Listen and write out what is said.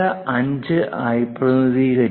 25 ആയി പ്രതിനിധീകരിക്കുന്നു